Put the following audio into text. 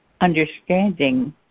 understanding